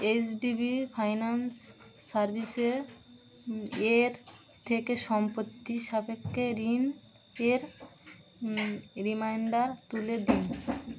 HDB finance সার্ভিসে এর থেকে সম্পত্তি সাপেক্ষ ঋণ এর রিমাইন্ডার তুলে দিন